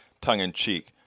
tongue-in-cheek